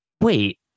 wait